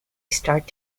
start